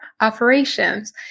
operations